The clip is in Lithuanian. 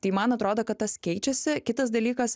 tai man atrodo kad tas keičiasi kitas dalykas